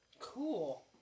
cool